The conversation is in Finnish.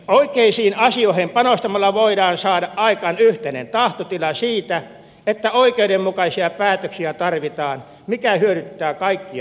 oikeisiin asioihin panostamalla voidaan saada aikaan yhteinen tahtotila siitä että oikeudenmukaisia päätöksiä tarvitaan mikä hyödyttää kaikkia suomalaisia